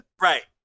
Right